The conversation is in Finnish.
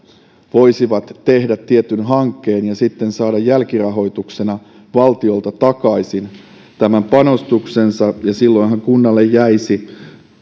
voisivat tehdä tietyn hankkeen ja sitten saada jälkirahoituksena valtiolta takaisin tämän panostuksensa ja silloinhan kunnalle jäisi